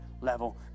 level